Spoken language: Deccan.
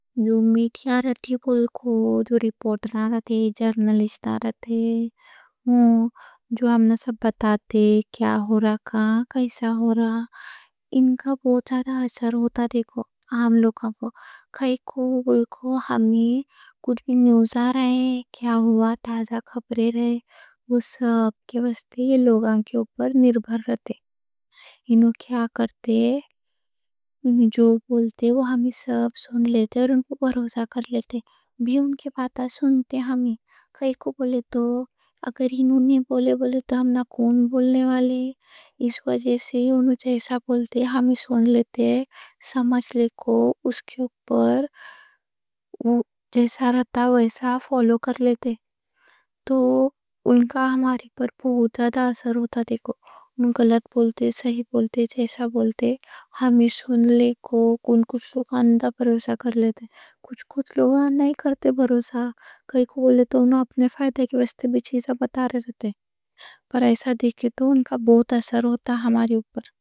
میڈیا اور جرنلسٹ، جو رپورٹ کر رہے، جو ہمنا سب کو بتاتے کہ کیا ہو رہا، کیسا ہو رہا، اِن کا بہت زیادہ اثر ہوتا دیکھو۔ آں لوگاں پو، کیسے انہیں کچھ نیوز آ رہے، کیا ہوا، تازہ خبریں رہتی، وہ سب کے واسطے یہ لوگاں کے اوپر نربھر رہتے۔ اُنوں کیا کرتے، اُنوں جو بولتے، وہ ہمنا سب سن لیتے، اور اُنوں پے بھروسا کر لیتے، بھی اُن کے باتاں سن لیتے ہمنا، کائیں کوں بولتے۔ اگر اُنوں نے بولے بولے، تو ہمنا کون بولنے والے، اس وجہ سے اُنوں جیسا بولتے، ہمنا سن لیتے۔ سمجھ لے کو اُس کے اوپر جیسا رہتا ویسا فالو کر لیتے، تو اُن کا ہمنا پر بہت زیادہ اثر ہوتا دیکھو۔ اُنوں غلط بولتے، صحیح بولتے، جیسا بولتے، ہمنا سن لے کوں؛ کائیں کوں لوگ اندھا بھروسا کر لیتے، کچھ کچھ لوگ نہیں کرتے بھروسا۔ کائیں کوں بولے تو اُنوں اپنے فائدے کے واسطے بھی چیزاں بتا رہے رہتے، پر ایسا دیکھے تو اُن کا بہت اثر ہوتا ہمنا پو۔